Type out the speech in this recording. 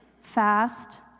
fast